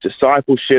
discipleship